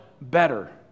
better